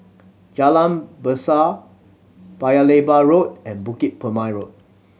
Jalan Berseh Paya Lebar Road and Bukit Road